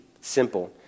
simple